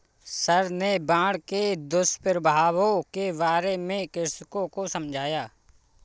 sir ने बाढ़ के दुष्प्रभावों के बारे में कृषकों को समझाया